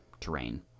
terrain